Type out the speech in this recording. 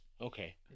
Okay